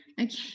Okay